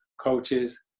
coaches